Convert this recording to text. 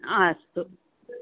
अस्तु